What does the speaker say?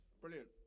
Brilliant